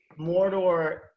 Mordor